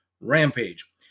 rampage